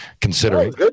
considering